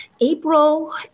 April